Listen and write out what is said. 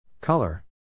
Color